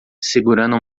segurando